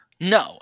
No